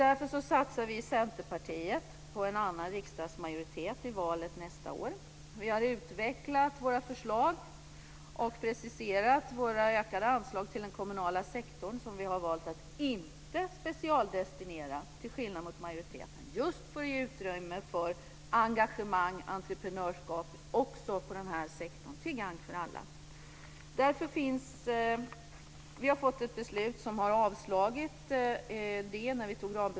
Därför satsar vi i Centerpartiet på en annan riksdagsmajoritet i valet nästa år.